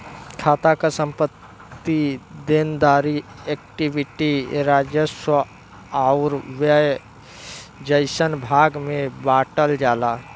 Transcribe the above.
खाता क संपत्ति, देनदारी, इक्विटी, राजस्व आउर व्यय जइसन भाग में बांटल जाला